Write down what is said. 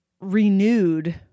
renewed